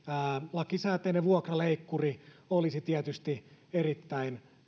lakisääteinen vuokraleikkuri olisi tietysti erittäin